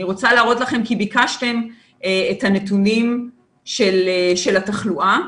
אני רוצה להראות לכם כי ביקשתם את הנתונים של התחלואה.